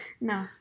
No